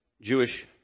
Jewish